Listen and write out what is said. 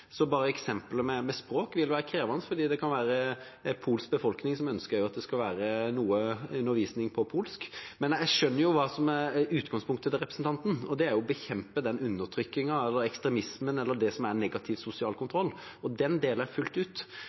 Så det med språk vil være krevende, for det kan være en polsk befolkning som ønsker at det skal være noe undervisning på polsk. Jeg skjønner jo hva som er utgangspunktet til representanten, nemlig å bekjempe undertrykkelse, ekstremisme og negativ sosial kontroll. Det deler jeg fullt ut. Akkurat hvem som skal utføre et eventuelt tilsyn, hvordan det